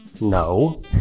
No